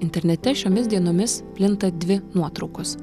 internete šiomis dienomis plinta dvi nuotraukos